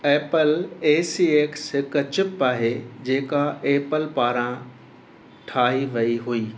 Apple A C X हिकु chip आहे जेका एपल पारां ठाही वई हुई